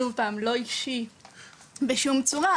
שוב פעם לא אישי בשום צורה,